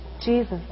Jesus